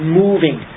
moving